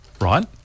Right